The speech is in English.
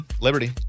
Liberty